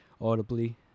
audibly